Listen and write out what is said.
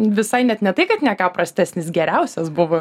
visai net ne tai kad ne ką prastesnis geriausias buvo